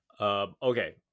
Okay